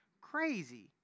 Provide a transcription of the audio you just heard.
Crazy